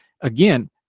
Again